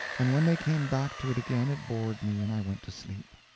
and when they came back to it again it bored me, and i went to sleep.